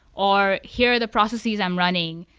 or here are the processes i'm running.